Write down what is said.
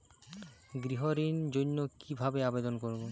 গৃহ ঋণ জন্য কি ভাবে আবেদন করব?